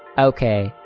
okay,